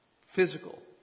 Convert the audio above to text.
Physical